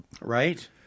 right